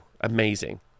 amazing